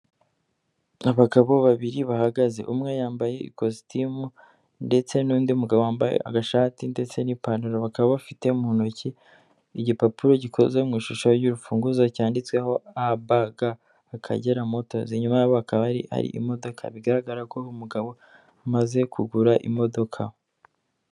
Abagabo babiri bahagaze, umwe yambaye ikositimu ndetse n'undi mugabo wambaye agashati ndetse n'ipantaro, bakaba bafite mu ntoki igipapuro gikoze mu ishusho y'urufunguzo cyanditsweho abaga akagera motozi, inyuma yabo hakaba hari imodoka bigaragara ko umugabo amaze kugura imodoka.